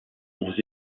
aux